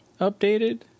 updated